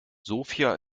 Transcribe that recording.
sofia